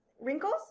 wrinkles